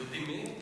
יודעים מי?